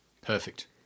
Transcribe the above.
Perfect